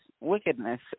wickedness